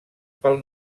pel